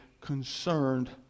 concerned